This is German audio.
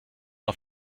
auf